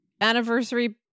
anniversary